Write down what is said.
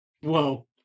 whoa